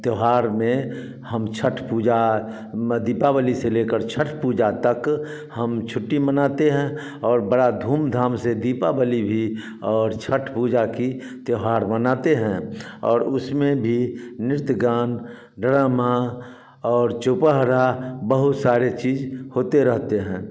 त्यौहार में हम छठ पूजा दीपावली से ले कर छठ तक हम छुट्टी मानते हैं और बड़ा धूम धाम से दीपावली भी और छठ पूजा की त्यौहार मनाते है और उसमें भी नृत्य गान ड्रामा और चौपहरा बहुत सारे चीज होते रहते हैं